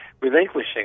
relinquishing